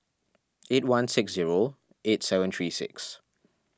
eight one six zero eight seven three six